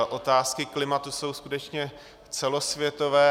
Otázky klimatu jsou skutečně celosvětové.